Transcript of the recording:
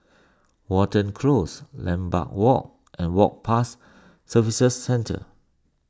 Watten Close Lambeth Walk and Work Pass Services Centre